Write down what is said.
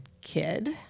kid